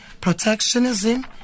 protectionism